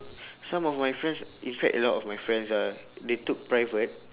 some of my friends in fact a lot of my friends ah they took private